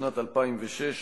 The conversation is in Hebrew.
בשנת 2006,